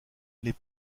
les